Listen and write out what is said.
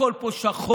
הכול פה שחור,